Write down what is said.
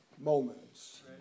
moments